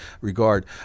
regard